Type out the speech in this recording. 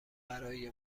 برای